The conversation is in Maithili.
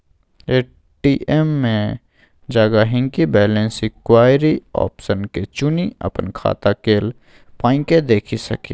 ए.टी.एम मे जा गांहिकी बैलैंस इंक्वायरी आप्शन के चुनि अपन खाता केल पाइकेँ देखि सकैए